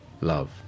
love